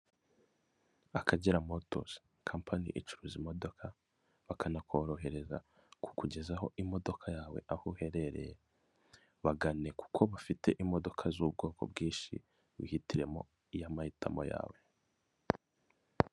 Akagera motozi kampani icuruza imodoka bakanakorohereza kukugezaho imodoka yawe aho uherereye. Bagane kuko bafite imodoka z'ubwoko bwinshi w'ihitiremo iy'amahitamo yawe.